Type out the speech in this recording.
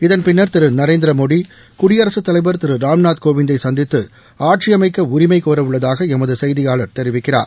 இதன் பின்னர் திரு நரேந்திரமோடி குடியரசுத் தலைவர் திரு ராம்நாத் கோவிந்தை சந்தித்து ஆட்சி அமைக்க உரிமை கோரவுள்ளதாக எமது செய்தியாளர் தெரிவிக்கிறார்